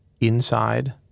Inside